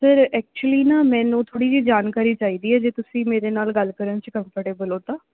sir actually ਨਾ ਮੈਨੂੰ ਥੋੜ੍ਹੀ ਜਿਹੀ ਜਾਣਕਾਰੀ ਚਾਹੀਦੀ ਹੈ ਜੇ ਤੁਸੀਂ ਮੇਰੇ ਨਾਲ ਗੱਲ ਕਰਨ 'ਚ ਕੰਫਰਟੇਬਲ ਹੋ ਤਾਂ